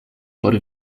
por